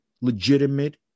legitimate